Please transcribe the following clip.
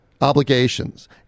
obligations